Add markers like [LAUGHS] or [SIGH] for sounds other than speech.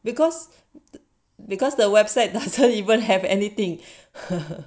because the because the website doesn't even have anything [LAUGHS]